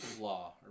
law